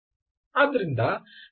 ಆದ್ದರಿಂದ ಸಾಕಷ್ಟು ನಮ್ಯತೆ ಇಲ್ಲಿದೆ